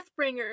deathbringer